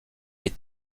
est